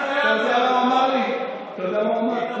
אתה יודע מה הוא אמר לי?